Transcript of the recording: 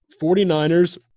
49ers